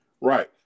Right